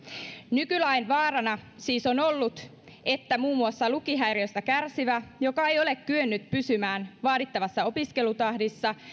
nykylain vaarana siis on ollut että muun muassa lukihäiriöstä kärsivä joka ei ole kyennyt pysymään vaadittavassa opiskelutahdissa